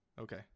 Okay